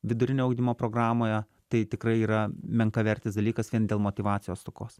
vidurinio ugdymo programoje tai tikrai yra menkavertis dalykas vien dėl motyvacijos stokos